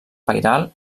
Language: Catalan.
pairal